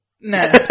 no